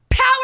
Power